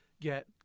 get